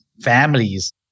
families